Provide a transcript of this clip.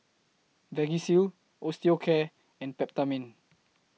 Vagisil Osteocare and Peptamen